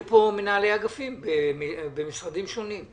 פה מנהלי אגפי במשרדים שונים.